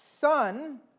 son